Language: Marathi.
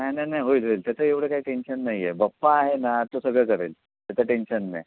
नाही नाही नाही होईल होईल त्याचं एवढं काय टेन्शन नाही आहे बाप्पा आहे ना तो सगळं करेल त्याचं टेन्शन नाही